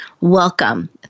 Welcome